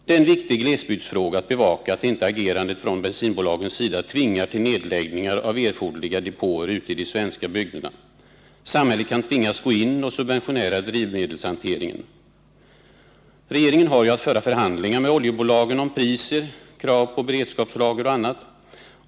Det är en viktig glesbygdsfråga att bevaka att inte agerandet från bensinbolagens sida tvingar till nedläggningar av erforderliga depåer ute i de svenska bygderna. Samhället kan då tvingas gå in och subventionera drivmedelshanteringen. Regeringen har ju att föra förhandlingar med oljebolagen om priser, krav på beredskapslager och annat.